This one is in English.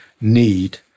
need